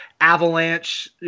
avalanche